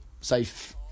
safe